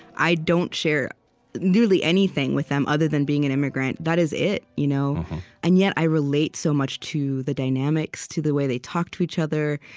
i don't share nearly anything with them, other than being an immigrant. that is it. you know and yet, i relate so much to the dynamics, to the way they talk to each other.